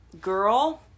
girl